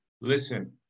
listen